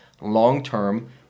long-term